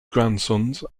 grandsons